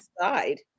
side